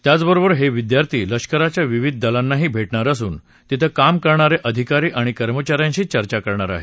त्याचबरोबर हे विद्यार्थी लष्कराच्या विविध दलांनाही भेटणार असून तिथं काम करणारे अधिकारी आणि कर्मचाऱ्यांशी चर्चा करणार आहेत